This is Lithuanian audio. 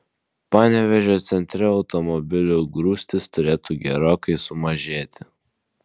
panevėžio centre automobilių grūstys turėtų gerokai sumažėti